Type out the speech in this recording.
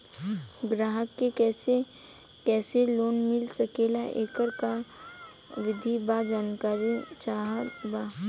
ग्राहक के कैसे कैसे लोन मिल सकेला येकर का विधि बा जानकारी चाहत बा?